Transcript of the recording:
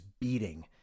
beating